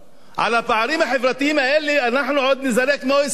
על הפערים החברתיים האלה אנחנו עוד ניזרק מה-OECD.